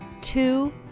two